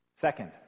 Second